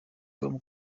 tom